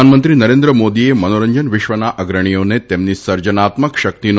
પ્રધાનમંત્રી નરેન્દ્રમોદીએ મનોરંજન વિશ્વના અગ્રણીઓને તેમની સર્જનાત્મક શક્તિનો